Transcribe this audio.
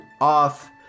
off